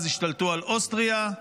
אז השתלטו על אוסטריה,